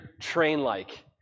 train-like